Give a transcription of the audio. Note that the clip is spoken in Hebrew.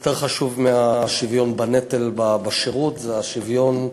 יותר חשוב מהשוויון בנטל בשירות זה השוויון,